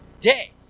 day